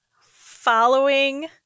following